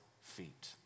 feet